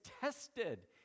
tested